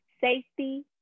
safety